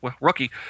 rookie